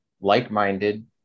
like-minded